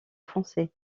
foncé